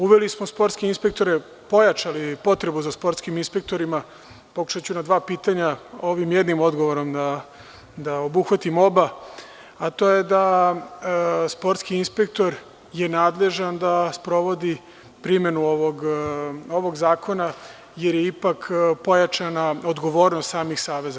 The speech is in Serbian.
Uveli smo sportske inspektore, pojačali potrebu za sportskim inspektorima, pokušaću da obuhvatim dva pitanja jednim odgovorom, a to je da sportski inspektor je nadležan da sprovodi primenu ovog zakona, jer je ipak pojačana odgovornost samih saveza.